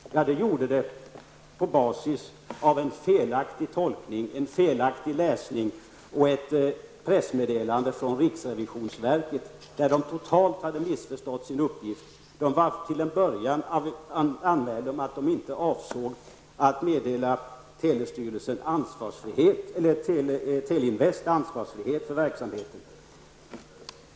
Att så skedde berodde på en felaktig tolkning av ett pressmeddelande från riksrevisionsverket, som totalt hade missförstått sin uppgift. Till en början anmälde revisorerna att de avsåg att inte meddela Teleinvest ansvarsfrihet för verksamheten.